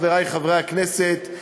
חברי חברי הכנסת.